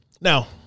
Now